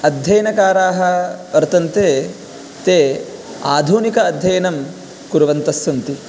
अध्ययनकाराः वर्तन्ते ते आधुनिक अध्ययनं कुर्वन्तस्सन्ति